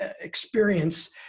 experience